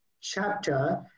chapter